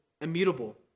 immutable